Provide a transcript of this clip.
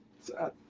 Sad